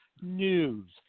News